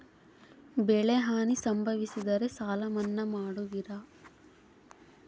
ಬೆಳೆಹಾನಿ ಸಂಭವಿಸಿದರೆ ಸಾಲ ಮನ್ನಾ ಮಾಡುವಿರ?